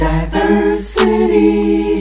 Diversity